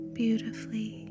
beautifully